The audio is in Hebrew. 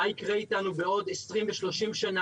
מה יקרה איתנו בעוד 20 ו-30 שנה,